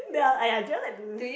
ya !aiya! Joel like to